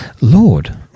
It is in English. Lord